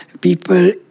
people